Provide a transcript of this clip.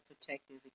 protective